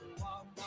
walk